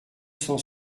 cent